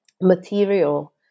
material